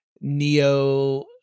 Neo